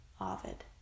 Ovid